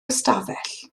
ystafell